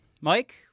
mike